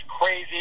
crazy